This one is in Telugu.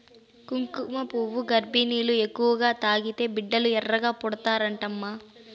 కుంకుమపువ్వు గర్భిణీలు ఎక్కువగా తాగితే బిడ్డలు బాగా ఎర్రగా పడతారంటమ్మీ